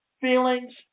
feelings